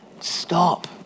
stop